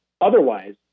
otherwise